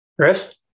Chris